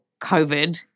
COVID